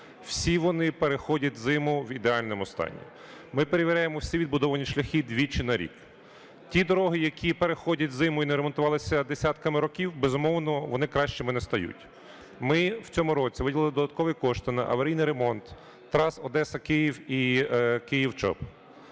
всі вони переходять зиму в ідеальному стані. Ми перевіряємо всі відбудовані шляхи двічі на рік. Ті дороги, які переходять зиму і не ремонтувалися десятками років, безумовно, вони кращими не стають. Ми в цьому році виділили додаткові кошти на аварійний ремонт трас Одеса-Київ і Київ-Чоп.